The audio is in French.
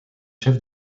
chef